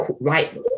right